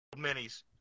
minis